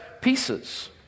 pieces